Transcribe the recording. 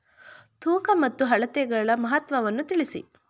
ತೂಕ ಮತ್ತು ಅಳತೆಗಳ ಮಹತ್ವವನ್ನು ತಿಳಿಸಿ?